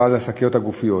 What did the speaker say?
שקיות הגופיות.